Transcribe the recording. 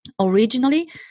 Originally